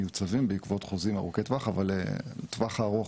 בעקבות חוזים ארוכי טווח אבל בטווח הארוך,